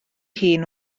hun